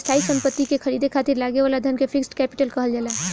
स्थायी सम्पति के ख़रीदे खातिर लागे वाला धन के फिक्स्ड कैपिटल कहल जाला